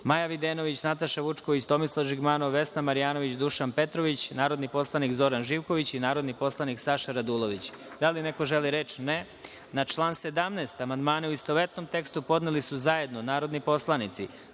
Maja Videnović, Nataša Vučković, Tomislav Žigmanov, Vesna Marjanović, Dušan Petrović, narodni poslanik Zoran Živković i narodni poslanik Saša Radulović. Da li neko želi reč? (Ne)Na član 17. amandmane, u istovetnom tekstu, podneli su zajedno narodni poslanici